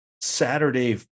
Saturday